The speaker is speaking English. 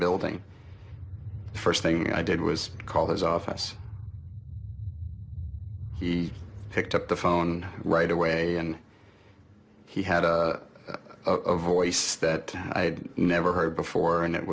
building the first thing i did was call his office he picked up the phone right away and he had a voice that i'd never heard before and it